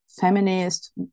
feminist